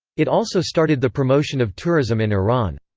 it also started the promotion of tourism in iran.